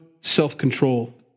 self-control